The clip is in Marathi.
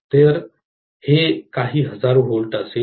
तर हे काही हजारो व्होल्ट असेल